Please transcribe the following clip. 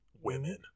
Women